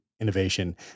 innovation